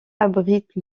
abrite